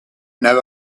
now